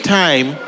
time